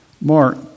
mark